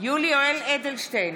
יולי יואל אדלשטיין,